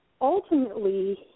ultimately